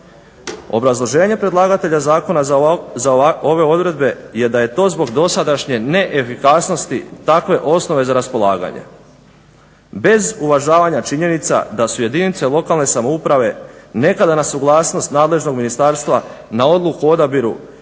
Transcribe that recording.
Obrazloženje predlagatelja zakona za ove odredbe je da je to zbog dosadašnje neefikasnosti takve osnove za raspolaganje, bez uvažavanja činjenica da su jedinice lokalne samouprave nekada na suglasnost nadležnog ministarstva na odluku o odabiru